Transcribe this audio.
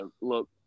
look